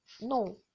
no